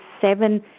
seven